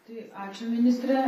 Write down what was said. tai ačiū ministre